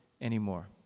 anymore